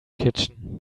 kitchen